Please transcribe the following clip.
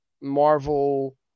Marvel